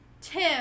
Tim